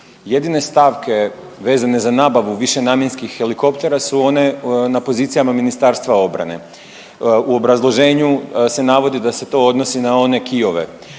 jedine stavke vezane za nabavu višenamjenskih helikoptera su one na pozicijama Ministarstva obrane. U obrazloženju se navodi da se to odnosi na one